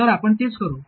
तर आपण तेच करू